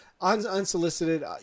unsolicited